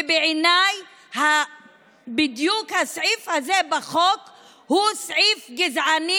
ובעיניי בדיוק הסעיף הזה בחוק הוא סעיף גזעני,